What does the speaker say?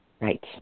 Right